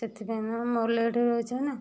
ସେଥିପାଇଁ ମୁଁ ମୋର ଲେଟ୍ ହେଇଯାଉଛି ନା